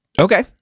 Okay